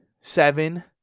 Seven